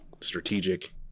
strategic